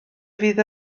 fydd